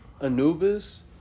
Anubis